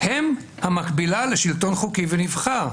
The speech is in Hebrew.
הם המקבילה לשלטון חוקי ונבחר,